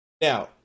Now